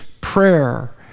prayer